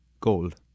gold